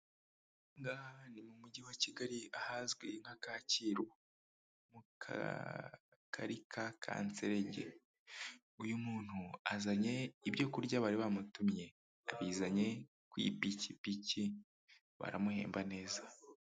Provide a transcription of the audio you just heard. Ahagaha ni mu mujyi wa Kigali ahazwi nka Kacyiru mu kagari ka Kanserenge uyu muntu azanye ibyoku kurya bari bamutumye abizanye ku ipikipiki baramuhemba neza.